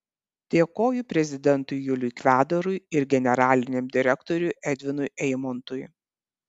dėkoju prezidentui juliui kvedarui ir generaliniam direktoriui edvinui eimontui